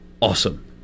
awesome